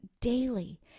daily